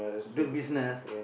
do business